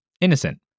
Innocent